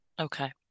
Okay